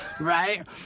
right